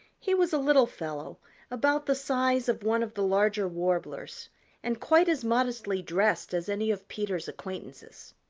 he was a little fellow about the size of one of the larger warblers and quite as modestly dressed as any of peter's acquaintances.